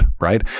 right